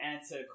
answer